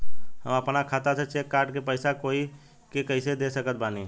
हम अपना खाता से चेक काट के पैसा कोई के कैसे दे सकत बानी?